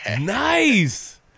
Nice